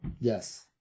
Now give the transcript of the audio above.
Yes